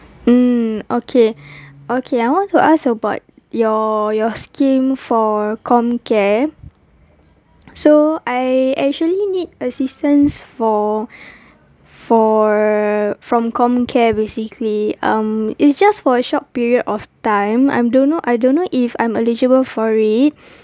mm okay okay I want to ask about your your scheme for comcare so I actually need assistance for for uh from comcare basically um it just for a short period of time I'm don't know I don't know if I'm eligible for it